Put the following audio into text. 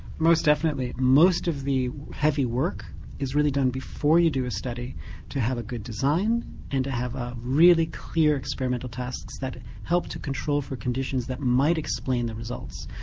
most definitely. most of the heavy work is really done before you do a study to have a good design and to have ah really clear experimental tasks that help to control for conditions that might explain the results.